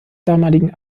damaligen